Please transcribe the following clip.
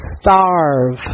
starve